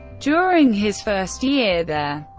during his first year there,